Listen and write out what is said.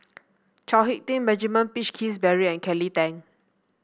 Chao HicK Tin Benjamin Peach Keasberry and Kelly Tang